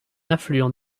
affluent